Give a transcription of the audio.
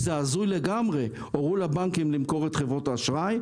הורו לבנקים למכור את חברות האשראי,